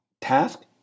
task